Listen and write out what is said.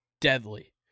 deadly